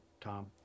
tom